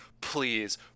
please